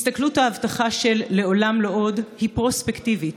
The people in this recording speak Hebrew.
הסתכלות ההבטחה של "לעולם לא עוד" היא פרוספקטיבית,